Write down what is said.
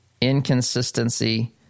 inconsistency